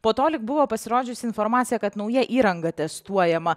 po to lyg buvo pasirodžiusi informacija kad nauja įranga testuojama